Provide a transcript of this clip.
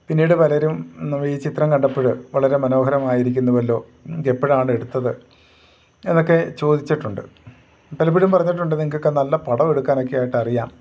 പിന്നീട് പലരും ഈ ചിത്രം കണ്ടപ്പോൾ വളരെ മനോഹരമായിരിക്കുന്നുവല്ലോ എപ്പോഴാണെടുത്തത് എന്നൊക്കെ ചോദിച്ചിട്ടുണ്ട് പലപ്പോഴും പറഞ്ഞിട്ടുണ്ട് നിങ്ങൾക്കൊക്കെ നല്ല പടമെടുക്കാനൊക്കെ ആയിട്ട് അറിയാം